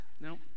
No